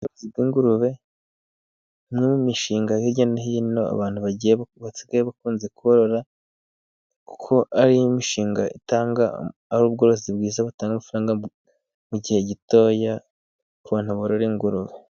Ubworozi bw'ingurube n'imwe mu mishinga hirya no hino abantu basigaye bakunda korora, kuko ari imishinga itanga ubworozi bwiza, butanga amafaranga mu gihe gitoya, ku bantu borora ingurube.